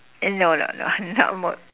uh no no no not mot~